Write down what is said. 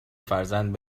فرزند